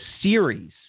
series